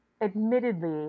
admittedly